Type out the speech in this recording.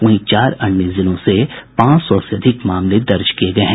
वहीं चार अन्य जिलों से पांच सौ से अधिक मामले दर्ज किये गये हैं